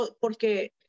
porque